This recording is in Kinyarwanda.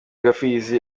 gapfizi